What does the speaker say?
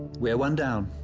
we are one down,